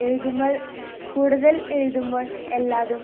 എഴുതുമ്പോൾ കൂടുതൽ എഴുതുമ്പോൾ എല്ലാതും